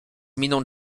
miną